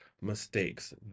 mistakes